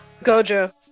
Gojo